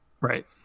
Right